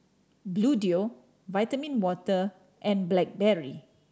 Bluedio Vitamin Water and Blackberry